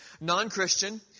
Non-Christian